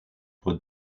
pour